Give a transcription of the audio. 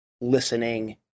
listening